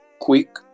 quick